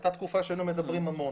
הייתה תקופה שהיינו מדברים המון